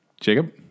Jacob